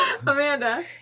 Amanda